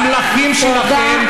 המלכים שלכם,